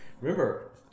Remember